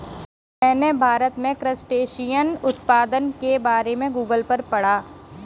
मैंने भारत में क्रस्टेशियन उत्पादन के बारे में गूगल पर पढ़ा